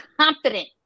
confident